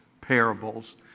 parables